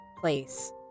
place